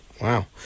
Wow